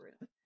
room